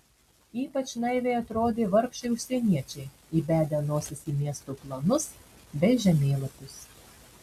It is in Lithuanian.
ypač naiviai atrodė vargšai užsieniečiai įbedę nosis į miesto planus bei žemėlapius